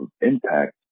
impact